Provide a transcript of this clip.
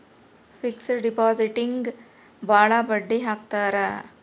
fixed ಡಿಪಾಸಿಟ್ಗೆ ಭಾಳ ಬಡ್ಡಿ ಹಾಕ್ತರ